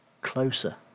closer